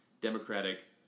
democratic